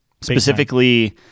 Specifically